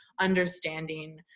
understanding